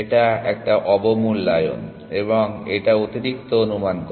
এটা একটা অবমূল্যায়ন এবং এটা অতিরিক্ত অনুমান করা